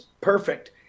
perfect